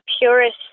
purist